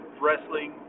wrestling